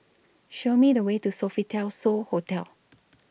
Show Me The Way to Sofitel So Hotel